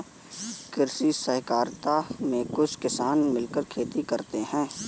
कृषि सहकारिता में कुछ किसान मिलकर खेती करते हैं